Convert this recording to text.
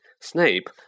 Snape